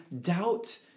doubt